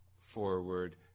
forward